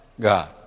God